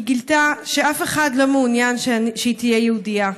היא גילתה שאף אחד לא מעוניין שהיא תהיה יהודייה.